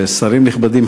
שרים נכבדים,